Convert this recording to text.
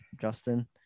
Justin